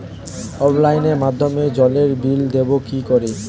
অফলাইনে মাধ্যমেই জলের বিল দেবো কি করে?